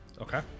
Okay